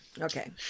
Okay